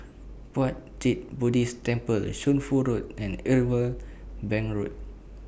Puat Jit Buddhist Temple Shunfu Road and Irwell Bank Road